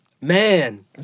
Man